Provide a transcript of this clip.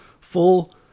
full